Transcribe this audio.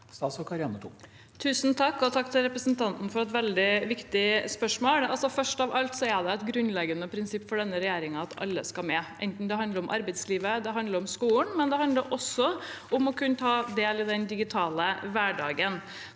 Takk til re- presentanten for et veldig viktig spørsmål. Først av alt er det et grunnleggende prinsipp for denne regjeringen at alle skal med, enten det handler om arbeidslivet eller om skolen, men det handler også om å kunne ta del i den digitale hverdagen.